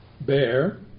Bear